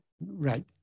Right